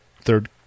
third